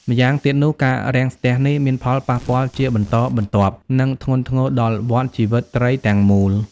ម្យ៉ាងទៀតនោះ ការរាំងស្ទះនេះមានផលប៉ះពាល់ជាបន្តបន្ទាប់ និងធ្ងន់ធ្ងរដល់ វដ្តជីវិតត្រីទាំងមូល។